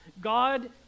God